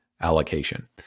allocation